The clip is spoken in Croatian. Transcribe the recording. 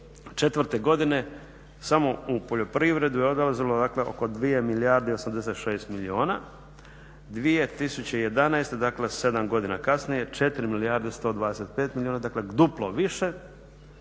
2004. godine samo u poljoprivredu je odlazilo oko 2 milijarde i 86 milijuna, 2011. dakle 7 godina kasnije 4 milijarde 125 milijuna, dakle duplo više,